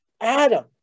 Adam